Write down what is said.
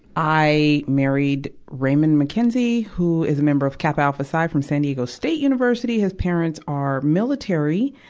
i married raymond mckenzie, who is a member of kappa alpha psi from san diego state university. his parents are military.